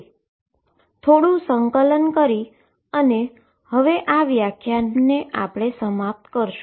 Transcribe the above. તો આ વ્યાખ્યાનને થોડું સંકલન કરી અને સમાપ્ત કરીએ